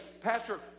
Pastor